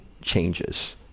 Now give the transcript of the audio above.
changes